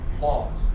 laws